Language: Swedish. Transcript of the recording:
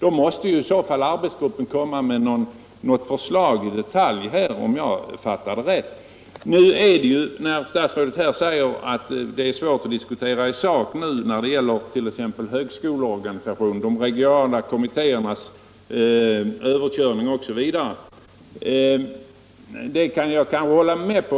I så fall måste arbetsgruppen komma med något förslag i detalj, om jag fattat rätt. Statsrådet säger att det är svårt att diskutera i sak nu när det gäller t.ex. högskoleorganisationen, överkörningen av de regionala kommittéerna osv. Det kan jag kanske hålla med om.